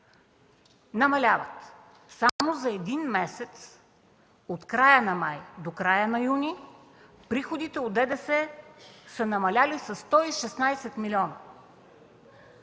намаляват. Само за един месец – от края на май до края на юни, приходите от ДДС са намалели със 116 милиона.